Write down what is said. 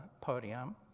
podium